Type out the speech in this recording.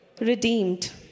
redeemed